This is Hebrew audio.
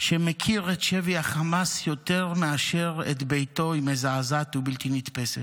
שמכיר את שבי החמאס יותר מאשר את ביתו היא מזעזעת ובלתי נתפסת.